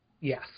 Yes